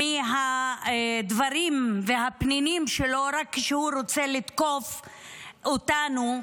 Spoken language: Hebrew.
מהדברים והפנינים שלו רק כשהוא רוצה לתקוף אותנו,